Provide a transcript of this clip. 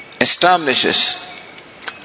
establishes